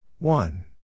One